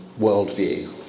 worldview